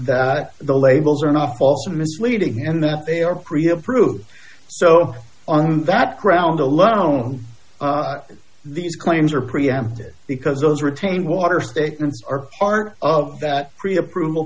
that the labels are enough also misleading and that they are pre approved so on that ground alone these claims are preempted because those retain water statements are part of that pre approval